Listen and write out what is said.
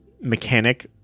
mechanic